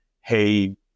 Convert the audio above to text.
hey